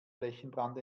flächenbrand